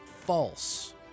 false